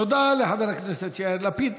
תודה לחבר הכנסת יאיר לפיד.